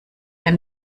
ein